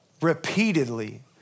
repeatedly